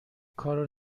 کارو